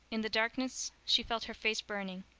in the darkness she felt her face burning.